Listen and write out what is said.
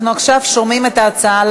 אנחנו עכשיו שומעים את ההצעה,